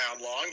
long